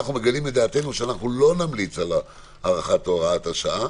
אנחנו מגלים דעתנו שלא נמליץ על הארכת הוראת השעה